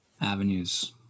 avenues